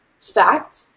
fact